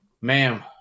Ma'am